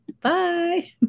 bye